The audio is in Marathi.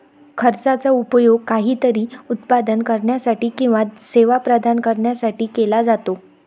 खर्चाचा उपयोग काहीतरी उत्पादन करण्यासाठी किंवा सेवा प्रदान करण्यासाठी केला जातो